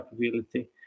capability